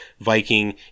Viking